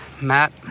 Matt